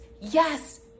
Yes